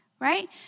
Right